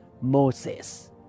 Moses